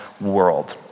world